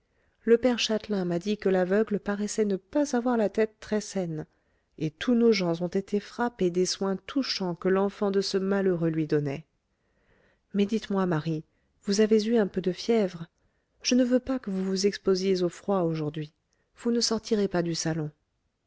le père châtelain m'a dit que l'aveugle paraissait ne pas avoir la tête très saine et tous nos gens ont été frappés des soins touchants que l'enfant de ce malheureux lui donnait mais dites-moi marie vous avez eu un peu de fièvre je ne veux pas que vous vous exposiez au froid aujourd'hui vous ne sortirez pas du salon